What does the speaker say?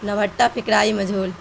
نوہٹہ پکرائی مجہول